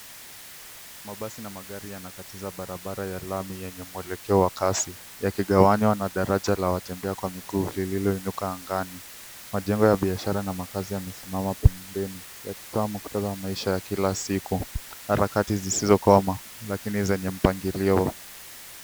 Mabasi na magari yanakatiza barabara ya lami, yenye mwelekeo wa kasi, yakigawanywa na daraja la wanaotembea kwa mguu lililoinuka angani. Majengo ya biashara na makazi yamesimama pembeni , yakitoa muktatha wa maisha ya kila siku, harakati zisizokoma lakini zenye mpangilio.